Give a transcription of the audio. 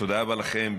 תודה רבה לכם,